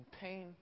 pain